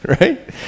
right